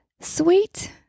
Sweet